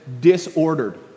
disordered